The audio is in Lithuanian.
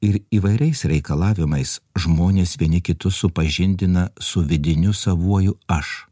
ir įvairiais reikalavimais žmonės vieni kitus supažindina su vidiniu savuoju aš